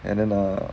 and then err